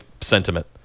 sentiment